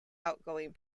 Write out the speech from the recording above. outgoing